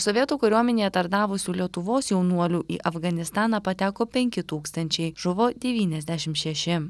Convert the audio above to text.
sovietų kariuomenėje tarnavusių lietuvos jaunuolių į afganistaną pateko penki tūkstančiai žuvo devyniasdešimt šeši